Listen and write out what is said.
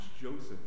Joseph